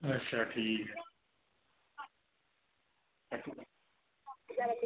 अच्छा ठीक ऐ